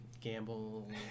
gamble